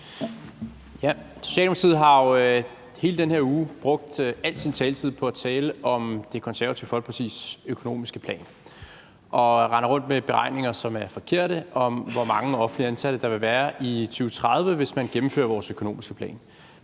jo hele den her uge brugt al sin taletid på at tale om Det Konservative Folkepartis økonomiske plan og render rundt med beregninger, som er forkerte, af, hvor mange offentligt ansatte der vil være i 2030, hvis man gennemfører vores økonomiske plan.